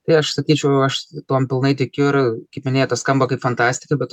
tai aš sakyčiau aš tuom pilnai tikiu ir kaip minėta skamba kaip fantastika bet